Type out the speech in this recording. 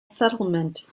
settlement